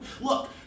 Look